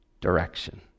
direction